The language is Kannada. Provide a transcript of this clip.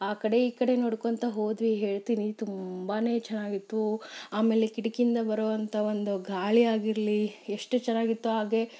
ಆ ಕಡೆ ಈ ಕಡೆ ನೋಡ್ಕೋತಾ ಹೋದ್ವಿ ಹೇಳ್ತೀನಿ ತುಂಬಾ ಚೆನ್ನಾಗಿತ್ತು ಆಮೇಲೆ ಕಿಟಕಿಯಿಂದ ಬರುವಂತ ಒಂದು ಗಾಳಿ ಆಗಿರಲಿ ಎಷ್ಟು ಚೆನ್ನಾಗಿತ್ತು ಹಾಗೇ